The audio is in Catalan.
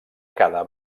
cada